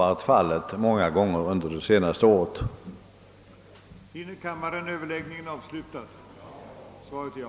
vudsak efter de riktlinjer som anförts i statsrådsprotokollet,